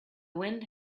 wind